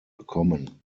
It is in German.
bekommen